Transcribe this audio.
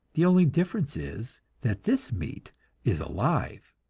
the only difference is that this meat is alive,